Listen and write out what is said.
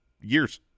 years